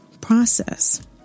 process